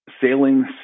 sailing